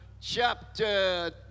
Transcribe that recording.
chapter